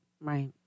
right